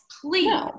please